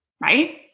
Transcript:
right